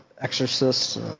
Exorcist